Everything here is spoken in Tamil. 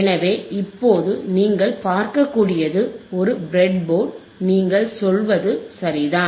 எனவே இப்போது நீங்கள்பார்க்கக்கூடியது ஒரு பிரெட் போர்டு நீங்கள் சொல்வது சரிதான்